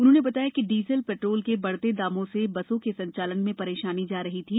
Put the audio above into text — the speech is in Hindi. उन्होंने बताया कि डीजल पेट्रोल के बढ़ते दामों से बसों के संचालन में रेशानी जा रही थी